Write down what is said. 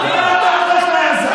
למה אתה לא הולך לעזה?